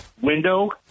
window